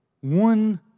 one